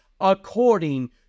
according